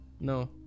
No